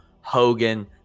Hogan